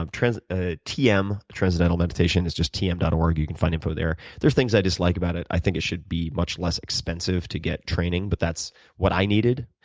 um ah tm, transcendental meditation is just tm dot org, you you can find info there. there are things i dislike about it. i think it should be much less expensive to get training, but that's what i needed,